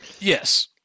Yes